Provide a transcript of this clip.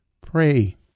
pray